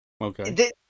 Okay